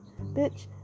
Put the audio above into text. Bitch